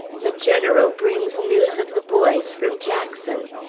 the general brings news of the boys from jackson.